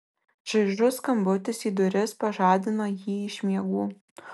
čaižus skambutis į duris pažadino jį iš miegų